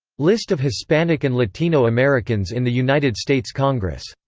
list of hispanic and latino americans in the united states congress